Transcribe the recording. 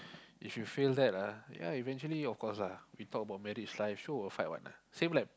if you fail that ah yeah eventually of course lah we talk about marriage life sure will affect one lah same like